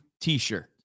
t-shirt